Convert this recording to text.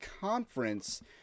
conference